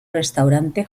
restaurante